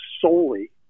solely